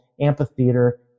Amphitheater